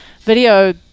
video